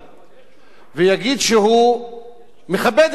ויגיד שהוא מכבד את החוק ומכבד את